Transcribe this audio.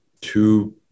two